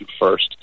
first